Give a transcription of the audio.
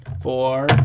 Four